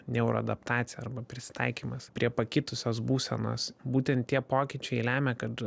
neura adaptacija arba prisitaikymas prie pakitusios būsenos būtent tie pokyčiai lemia kad